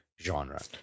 genre